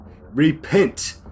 Repent